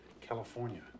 California